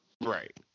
right